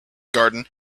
garden